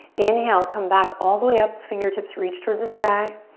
inhale, come back all the way up, fingertips reach towards the sky.